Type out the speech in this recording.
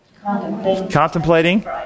Contemplating